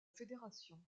fédération